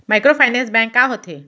Microfinance bank का होथे?